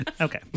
Okay